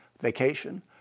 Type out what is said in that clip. Vacation